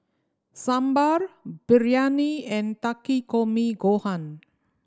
Sambar Biryani and Takikomi Gohan